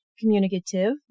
communicative